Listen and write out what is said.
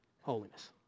holiness